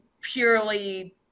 purely